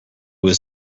was